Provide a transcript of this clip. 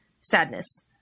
Sadness